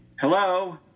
Hello